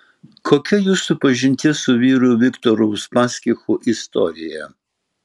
kokia jūsų pažinties su vyru viktoru uspaskichu istorija